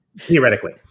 Theoretically